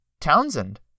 Townsend